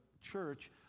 church